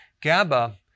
GABA